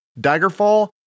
Daggerfall